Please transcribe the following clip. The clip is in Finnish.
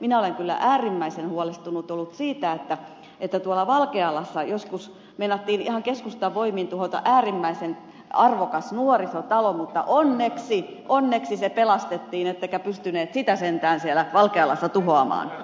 minä olen kyllä äärimmäisen huolestunut ollut siitä että tuolla valkealassa joskus meinattiin ihan keskustan voimin tuhota äärimmäisen arvokas nuorisotalo mutta onneksi onneksi se pelastettiin ettekä pystyneet sitä sentään siellä valkealassa tuhoamaan